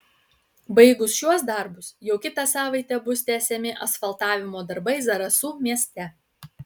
baigus šiuos darbus jau kitą savaitę bus tęsiami asfaltavimo darbai zarasų mieste